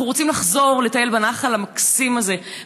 אנחנו רוצים לחזור לטייל בנחל המקסים הזה,